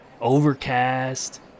Overcast